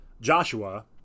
Joshua